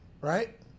Right